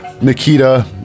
Nikita